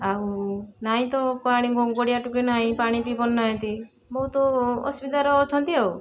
ଆଉ ନାହିଁ ତ ପାଣି ଗୋ ଗୋଳିଆ ଠୁକେ ନାହିଁ ପାଣି ପିଇ ପାରୁ ନାହାଁନ୍ତି ବହୁତ ଅସୁବିଧାରେ ଅଛନ୍ତି ଆଉ